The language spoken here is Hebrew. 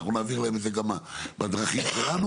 אנחנו נעביר להם את זה גם בדרכים שלנו.